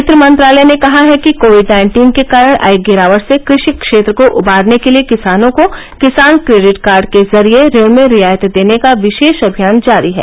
वित्त मंत्रालय ने कहा है कि कोविड नाइन्टीन के कारण आई गिरावट से क्रषि क्षेत्र को उबारने के लिए किसानों को किसान क्रेडिट कार्ड के जरिए ऋण में रियायत देने का विशेष अभियान जारी है